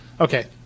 Okay